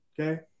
okay